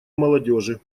молодежи